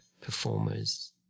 performers